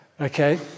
okay